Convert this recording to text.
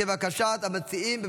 כבקשת המציעים.